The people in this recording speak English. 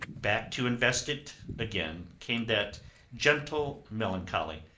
back to invest it again came that gentle melancholy.